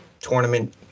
tournament